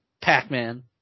Pac-Man